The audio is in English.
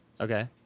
Okay